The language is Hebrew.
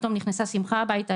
פתאום נכנסה שמחה הביתה,